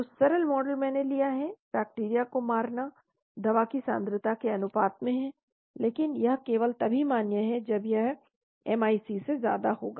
तो सरल मॉडल मैंने लिया है बैक्टीरिया को मारना दवा की सांद्रता के अनुपात में है लेकिन यह केवल तभी मान्य है जब यह एमआईसी से ज्यादा होगा